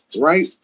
right